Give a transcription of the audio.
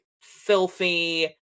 filthy